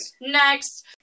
next